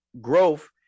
growth